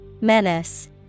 Menace